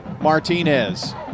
Martinez